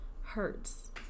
Hurts